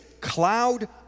cloud